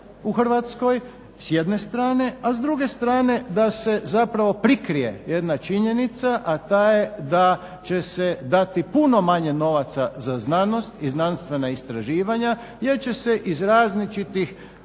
u Hrvatskoj s jedne strane. A s druge strane da se zapravo prikrije jedna činjenica, a ta je da će se dati puno manje novaca za znanost i znanstva istraživanja jer će se iz različitih